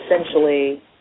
essentially